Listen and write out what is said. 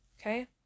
Okay